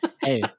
hey